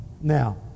Now